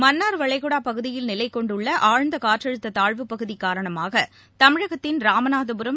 மன்னார் வளைகுடா பகுதியில் நிலை கொண்டுள்ள ஆழ்ந்த காற்றழுத்த தாழ்வு பகுதி காரணமாக தமிழகத்தின்ராமநாதபுரம்